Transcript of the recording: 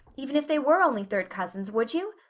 even if they were only third cousins, would you?